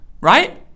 Right